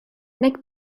nek